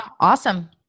Awesome